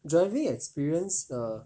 driving experience err